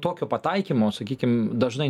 tokio pataikymo sakykim dažnai